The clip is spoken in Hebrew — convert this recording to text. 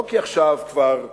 לא כי עכשיו כבר 01:30,